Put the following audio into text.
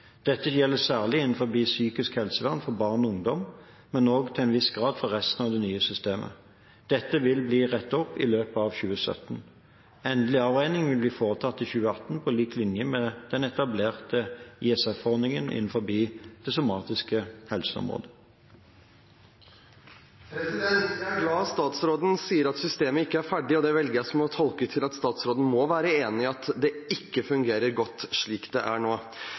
Dette gjelder særlig innenfor psykisk helsevern for barn og ungdom, men også til en viss grad for resten av det nye systemet. Dette vil bli rettet opp i løpet av 2017. Endelig avregning vil bli foretatt i 2018, på lik linje med den etablerte ISF-ordningen innenfor det somatiske helseområdet. Jeg er glad for at statsråden sier at systemet ikke er ferdig. Det velger jeg å tolke som at statsråden må være enig i at det ikke fungerer godt slik det er nå.